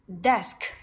Desk